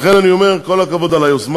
לכן אני אומר: כל הכבוד על היוזמה.